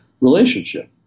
relationship